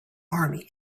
army